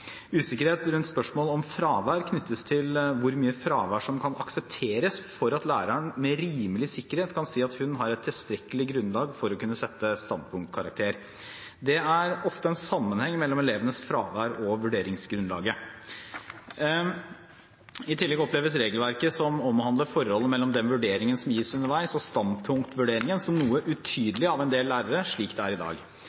rundt spørsmålet om fravær knyttes til hvor mye fravær som kan aksepteres for at læreren med rimelig sikkerhet kan si at hun har et tilstrekkelig grunnlag for å kunne sette en standpunktkarakter. Det er ofte en sammenheng mellom elevenes fravær og vurderingsgrunnlaget. I tillegg oppleves regelverket som omhandler forholdet mellom den vurderingen som gis underveis og standpunktvurderingen, som noe